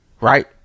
Right